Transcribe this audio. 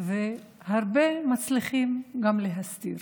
הרבה מצליחים גם להסתיר.